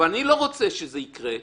אני לא רוצה שזה יקרה.